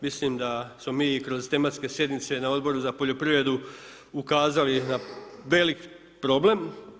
Mislim da smo mi i kroz tematske sjednice na Odboru za poljoprivredu ukazali na velik problem.